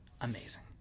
amazing